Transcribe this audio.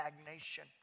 stagnation